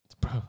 Bro